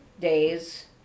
days